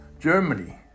Germany